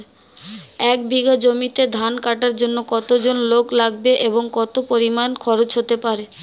এক বিঘা জমিতে ধান কাটার জন্য কতজন লোক লাগবে এবং কত পরিমান খরচ হতে পারে?